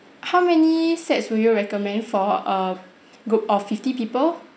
how many sets would you recommend for a group of fifty people